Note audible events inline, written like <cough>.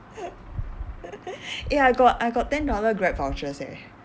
<laughs> eh I got I got ten dollar grab vouchers eh